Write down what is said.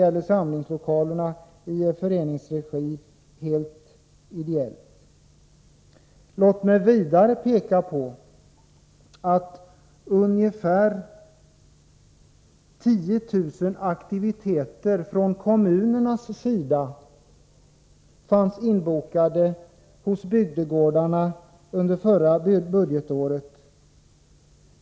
Låt mig vidare peka på att ungefär 10 000 kommunala aktiviteter fanns inbokade på bygdegårdarna under förra budgetåret.